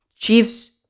Chiefs